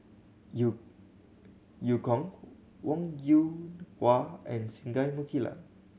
Eu Eu Kong Wong Yoon Wah and Singai Mukilan